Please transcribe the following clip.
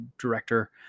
director